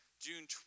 June